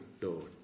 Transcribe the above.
Lord